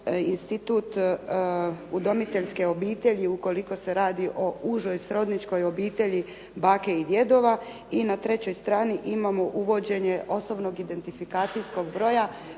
institut udomiteljske obitelji ukoliko se radi o užoj srodničkoj obitelji bake i djedova i na trećoj strani imamo uvođenje osobnog identifikacijskog broja.